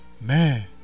Man